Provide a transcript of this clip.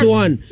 one